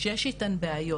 שיש איתן בעיות,